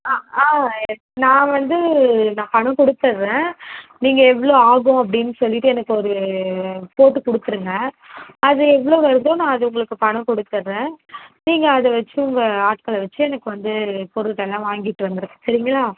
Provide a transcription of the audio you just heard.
ஆ ஆ எஸ் நான் வந்து நான் பணம் கொடுத்துட்றேன் நீங்கள் எவ்வளோ ஆகும் அப்படின்னு சொல்லிட்டு எனக்கு ஒரு ரிப்போட்டு கொடுத்துருங்க அது எவ்வளோ வருதோ நான் அது உங்களுக்கு பணம் கொடுத்துறேன் நீங்கள் அதை வைச்சி உங்கள் ஆட்களை வைச்சி எனக்கு வந்து பொருட்கள்லாம் வாங்கிட்டு வந்துடுங்க சரிங்களா